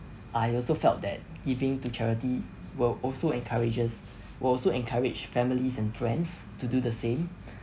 I also felt that giving to charity will also encourages will also encourage families and friends to do the same